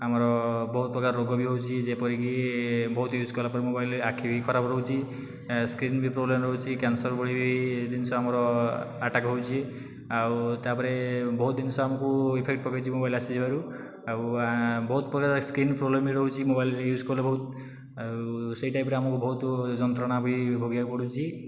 ଆମର ବହୁତ ପ୍ରକାର ରୋଗ ବି ହେଉଛି ଯେପରିକି ବହୁତ ୟୁଜ୍ କଲାପରେ ମୋବାଇଲ୍ ଆଖି ବି ଖରାପ ରହୁଛି ସ୍କିନ୍ ବି ପ୍ରବ୍ଲମ୍ ରହୁଛି କ୍ୟାନ୍ସର୍ ଭଳି ବି ଜିନିଷ ଆମର ଆଟାକ୍ ହେଉଛି ଆଉ ତାପରେ ବହୁତ ଜିନିଷ ଆମକୁ ଇଫେକ୍ଟ ପକାଇଛି ମୋବାଇଲ୍ ଆସିଯିବାରୁ ଆଉ ବହୁତ ପ୍ରକାର ସ୍କିନ୍ ପ୍ରବ୍ଲେମ୍ ବି ରହୁଛି ମୋବାଇଲ୍ ୟୁଜ୍ କଲେ ବହୁତ ଆଉ ସେଇ ଟାଇପ୍ର ଆମକୁ ବହୁତ ଯନ୍ତ୍ରଣା ବି ଭୋଗିବାକୁ ପଡ଼ୁଛି